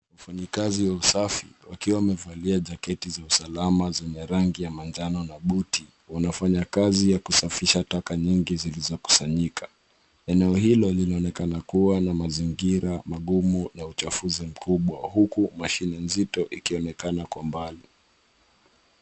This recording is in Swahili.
Wafanyikazi wa usafi wakiwa wamevalia jaketi za usalama zenye rangi ya manjano na buti, wanafanya kazi ya kusafisha taka nyingi zilizokusanyika. Eneo hilo linaonekana kuwa na mazingira magumu na uchafuzi mkubwa huku mashine nzito ikionekana kwa mbali.